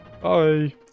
bye